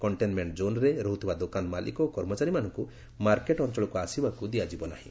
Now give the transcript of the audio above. containment କୋନ୍ରେ ରହୁଥିବା ଦୋକାନ ମାଲିକ ଓ କର୍ମଚାରୀମାନଙ୍କୁ ମାର୍କେଟ୍ ଅଞ୍ଚଳକୁ ଆସିବାକୁ ଦିଆଯିବ ନାହିଁ